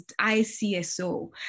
ICSO